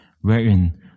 wherein